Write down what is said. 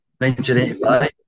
1985